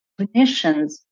clinicians